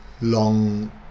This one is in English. long